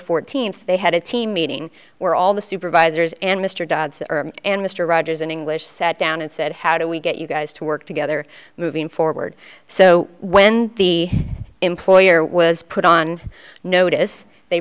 fourteenth they had a team meeting where all the supervisors and mr dodson and mr rogers in english sat down and said how do we get you guys to work together moving forward so when the employer was put on notice they